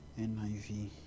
NIV